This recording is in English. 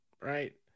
Right